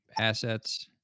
assets